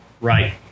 right